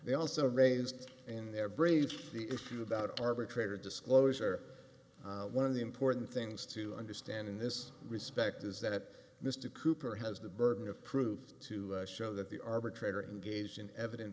they also raised in their breach the issue about arbitrator disclosure one of the important things to understand in this respect is that mr cooper has the burden of proof to show that the arbitrator engaged in eviden